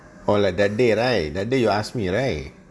or like that day right that day you asked me right